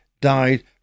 died